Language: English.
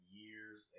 years